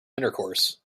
intercourse